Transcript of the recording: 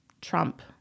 Trump